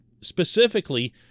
specifically